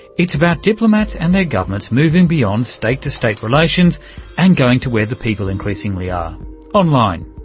it's about diplomats and their governments moving beyond state to state relations and going to where the people increasingly are online.